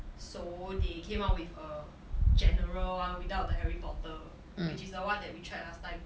so they came out with a general one without the Harry Potter which is the one that we tried last time